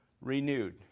Renewed